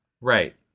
Right